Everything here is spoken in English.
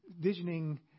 visioning